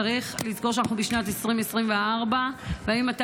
צריך לזכור שאנחנו בשנת 2024. האם אתה